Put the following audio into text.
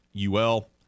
UL